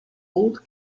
old